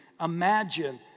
imagine